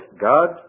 God